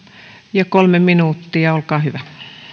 kolme minuuttia olkaa hyvä